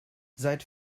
seit